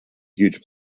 huge